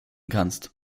kannst